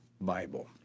Bible